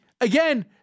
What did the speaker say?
again